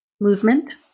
Movement